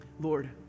Lord